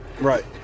Right